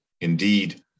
indeed